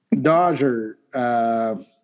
Dodger